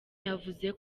yavuze